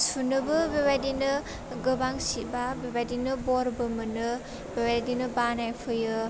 सुनोबो बेबायदिनो गोबां सिबा बेबायदिनो बरबो मोनो बेबायदिनो बानाय फैयो